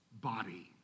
body